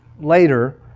later